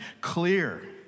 clear